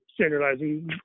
standardizing